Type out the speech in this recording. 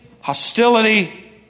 hostility